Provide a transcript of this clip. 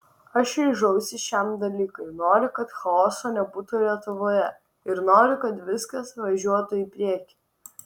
aš ryžausi šiam dalykui noriu kad chaoso nebūtų lietuvoje ir noriu kad viskas važiuotų į priekį